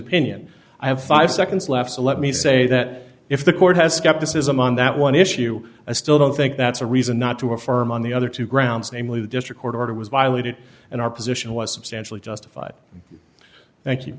opinion i have five seconds left so let me say that if the court has skepticism on that one issue i still don't think that's a reason not to affirm on the other two grounds namely the district court order was violated and our position was substantially justified